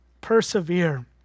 Persevere